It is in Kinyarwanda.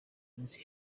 minsi